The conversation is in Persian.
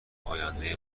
آینده